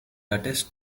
attest